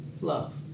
love